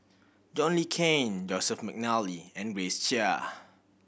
John Le Cain Joseph McNally and Grace Chia